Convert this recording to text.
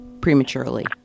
prematurely